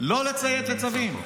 לא לציית לצווים.